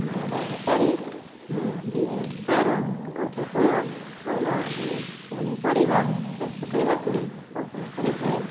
ମୁଁ ବଗିଚାରେ ମୁଁ ବିଭିନ୍ନ ପ୍ରକାରର ଗଛ ଫୁଳ ଫଳ ଓ ପନିପରିବା ଚାଷ କରିବାକୁ ପସନ୍ଦ କରିଥାଏ